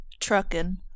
trucking